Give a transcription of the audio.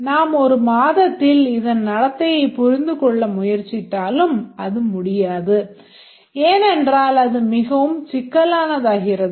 நாம் ஒரு மாதத்தில் இதன் நடத்தையைப் புரிந்துகொள்ள முயற்சித்தாலும் அது முடியாது ஏனென்றால் அது மிகவும் சிக்கலானதாகிறது